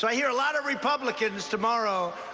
so here a lot of republicans tomorrow.